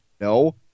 no